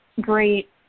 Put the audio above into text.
great